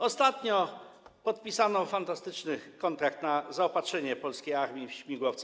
Ostatnio podpisano fantastyczny kontrakt na zaopatrzenie polskiej armii w śmigłowce.